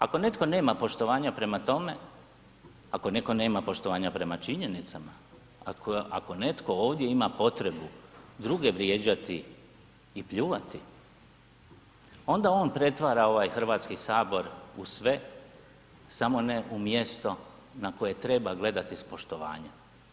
Ako netko nema poštovanja prema tome, ako netko nema poštovanja prema činjenicama, ako netko ovdje ima potrebu druge vrijeđati i pljuvati onda on pretvara ovaj Hrvatski sabor u sve samo na u mjesto na koje treba gledati sa poštovanjem.